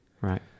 Right